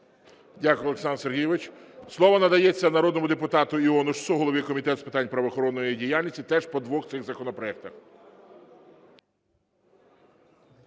Дякую, Олександр Сергійович. Слово надається народному депутату Іонушасу, голові Комітету з питань правоохоронної діяльності, теж по двох цих законопроектах.